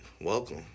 welcome